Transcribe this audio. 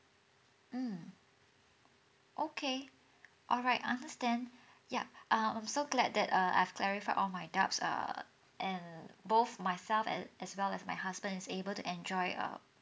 mm okay alright understand ya err I'm so glad that uh I've clarified all my doubts err and both myself a~ as well as my husband is able to enjoy um